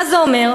מה זה אומר?